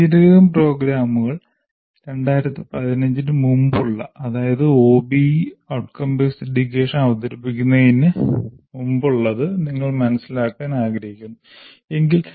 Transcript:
engineering പ്രോഗ്രാമുകൾ 2015 ന് മുമ്പുള്ള അതായത് ഒബിഇ അവതരിപ്പിക്കുന്നതിനുമുമ്പ് ഉള്ളത് നിങ്ങൾ മനസ്സിലാക്കാൻ ആഗ്രഹിക്കുന്നു എങ്കിൽ